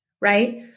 right